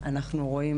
אתה אומר,